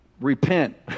repent